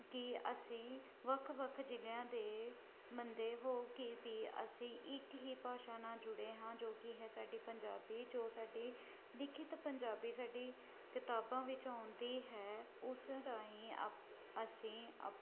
ਕਿ ਅਸੀਂ ਵੱਖ ਵੱਖ ਜ਼ਿਲ੍ਹਿਆਂ ਦੇ ਬੰਦੇ ਹੋ ਕੇ ਵੀ ਅਸੀਂ ਇੱਕ ਹੀ ਭਾਸ਼ਾ ਨਾਲ ਜੁੜੇ ਹਾਂ ਜੋ ਕਿ ਹੈ ਸਾਡੀ ਪੰਜਾਬੀ ਜੋ ਸਾਡੀ ਲਿਖਿਤ ਪੰਜਾਬੀ ਸਾਡੀ ਕਿਤਾਬਾਂ ਵਿੱਚ ਆਉਂਦੀ ਹੈ ਉਸ ਰਾਹੀਂ ਅਪ ਅਸੀਂ ਅਪ